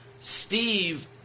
Steve